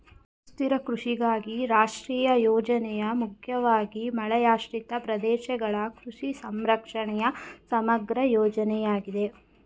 ಸುಸ್ಥಿರ ಕೃಷಿಗಾಗಿ ರಾಷ್ಟ್ರೀಯ ಯೋಜನೆ ಮುಖ್ಯವಾಗಿ ಮಳೆಯಾಶ್ರಿತ ಪ್ರದೇಶಗಳ ಕೃಷಿ ಸಂರಕ್ಷಣೆಯ ಸಮಗ್ರ ಯೋಜನೆಯಾಗಿದೆ